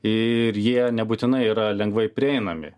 ir jie nebūtinai yra lengvai prieinami